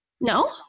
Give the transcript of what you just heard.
No